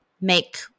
make